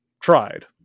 tried